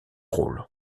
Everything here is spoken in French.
rôle